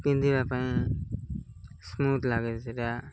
ପିନ୍ଧିବା ପାଇଁ ସ୍ମୁଥ ଲାଗେ ସେଇଟା